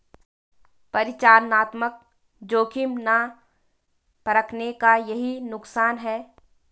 परिचालनात्मक जोखिम ना परखने का यही नुकसान है